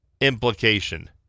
implication